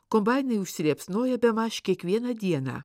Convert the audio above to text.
kombainai užsiliepsnoja bemaž kiekvieną dieną